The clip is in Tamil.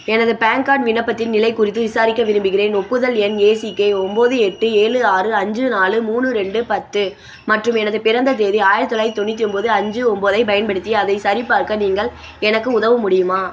எனது பேன் கார்டு விண்ணப்பத்தின் நிலை குறித்து விசாரிக்க விரும்புகிறேன் ஒப்புதல் எண் ஏ சி கே ஒம்போது எட்டு ஏழு ஆறு அஞ்சு நாலு மூணு ரெண்டு பத்து மற்றும் எனது பிறந்த தேதி ஆயிரத்தி தொள்ளாயிரத்தி தொண்ணூற்றி ஒம்போது அஞ்சு ஒம்போதைப் பயன்படுத்தி அதை சரிபார்க்க நீங்கள் எனக்கு உதவ முடியுமா